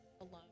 alone